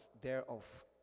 thereof